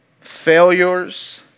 Failures